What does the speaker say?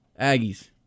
Aggies